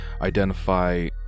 Identify